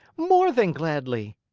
more than gladly!